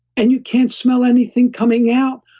and you can't smell anything coming out.